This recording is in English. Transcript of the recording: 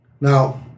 now